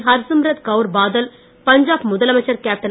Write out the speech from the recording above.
ஹர்சிம்ரத் கவுர் பாதல் பஞ்சாப் முதலமைச்சர் பூரி கேப்டன்